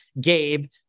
Gabe